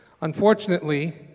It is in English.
Unfortunately